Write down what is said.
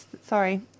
sorry